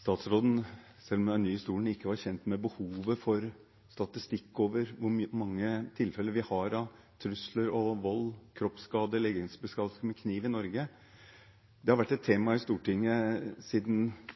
statsråden, selv om hun er ny i stolen, ikke var kjent med behovet for statistikk over hvor mange tilfeller vi har av trusler, vold, kroppsskade og legemsbeskadigelse med kniv i Norge. Det har vært et tema i Stortinget i hvert fall siden